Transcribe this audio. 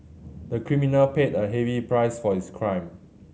the criminal paid a heavy price for his crime